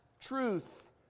truth